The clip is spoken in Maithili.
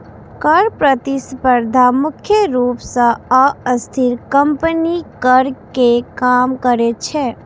कर प्रतिस्पर्धा मुख्य रूप सं अस्थिर कंपनीक कर कें कम करै छै